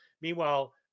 Meanwhile